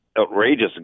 outrageous